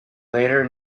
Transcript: later